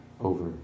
over